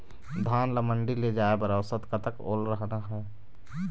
धान ला मंडी ले जाय बर औसत कतक ओल रहना हे?